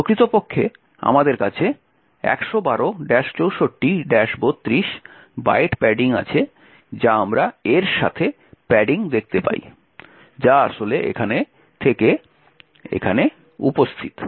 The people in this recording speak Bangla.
প্রকৃতপক্ষে আমাদের কাছে 112 64 32 বাইট প্যাডিং আছে যা আমরা A এর সাথে প্যাডিং দেখতে পাই যা আসলে এখানে থেকে এখানে উপস্থিত